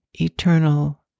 eternal